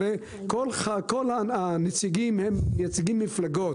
הרי כל הנציגים הם נציגי מפלגות.